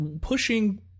pushing